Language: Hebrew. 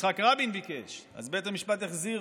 כשיצחק רבין ביקש, אז בית המשפט החזיר